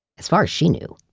as far as she knew,